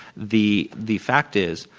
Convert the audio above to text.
the the fact is,